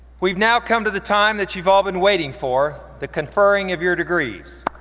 we've now come to the time that you've all been waiting for, the conferring of your degrees.